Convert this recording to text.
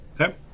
Okay